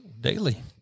Daily